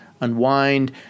unwind